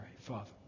Father